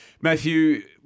Matthew